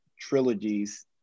trilogies